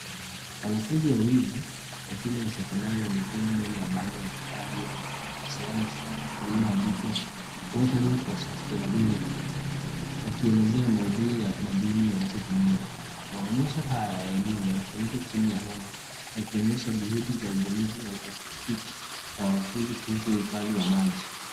Wanafunzi wawili wa shule ya sekondari wamesimama mbele ya bango yao ya mradi wa kisayansi uliondaikwa Watering for Sustainability wakielezea maudhui na mbinu walizotumia. Maonyesho haya ya elimu yanafanyika chini ya hema yakionyesha juhudi za ubunifu na utafiti wa wanafunzi kuhusu uhifadhi wa maji.